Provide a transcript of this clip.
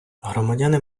громадяни